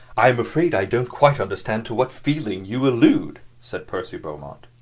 i am afraid i don't quite understand to what feeling you allude, said percy beaumont.